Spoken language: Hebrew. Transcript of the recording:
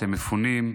שמפונות,